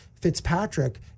Fitzpatrick